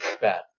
Bad